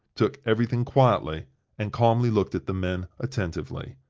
took every thing quietly and calmly looked at the men attentively.